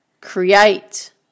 create